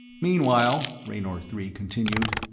meanwhile, raynor three continued,